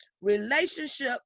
relationship